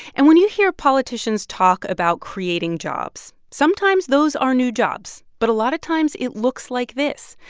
and when you hear politicians talk about creating jobs, sometimes those are new jobs, but a lot of times, it looks like this.